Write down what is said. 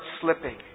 slipping